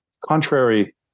Contrary